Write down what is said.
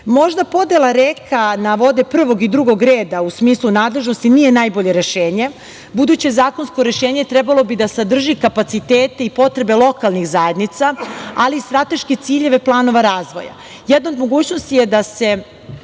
podela reka na vode prvog i drugog reda u smislu nadležnosti nije najbolje rešenje. Buduće zakonsko rešenje trebalo bi da sadrži kapacitete i potrebe lokalnih zajednica, ali i strateške ciljeve planova razvoja. Jedna od mogućnost je da se